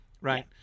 Right